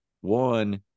one